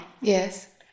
Yes